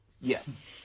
Yes